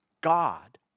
God